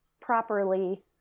properly